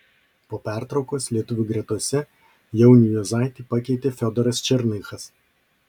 po pertraukos lietuvių gretose jaunių juozaitį pakeitė fiodoras černychas